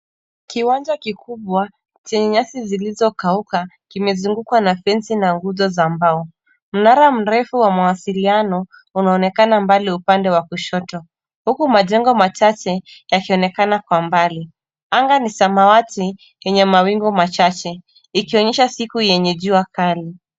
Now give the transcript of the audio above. Kiwanja kikubwa chenye nyasi zilizokauka kimezungukwa na fensi na nguzo za mbao, mnara mrefu wa mawasiliano unaonekana mbali upande wa kushoto huku majengo machache yakionekana kwa mbali. Anga ni samawati yenye mawingu machache ikionyesha siku yenye jua kali.